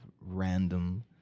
random